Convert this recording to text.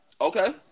Okay